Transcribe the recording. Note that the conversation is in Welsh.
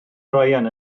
bryan